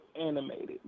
animated